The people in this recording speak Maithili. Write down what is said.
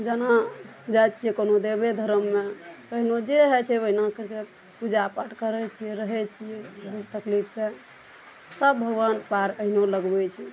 जेना जाइ छियै कोनो देबे धर्ममे ओहिनो जे होइ छै ओहिनाके जब पूजा पाठ करै छियै रहै छियै दुख तकलीफ सऽ सब भगवान पार अहिनो लगबै छै